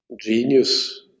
genius